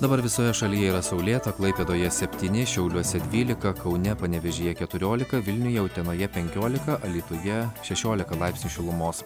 dabar visoje šalyje yra saulėta klaipėdoje septyni šiauliuose dvylika kaune panevėžyje keturiolika vilniuje utenoje penkiolika alytuje šešiolika laipsnių šilumos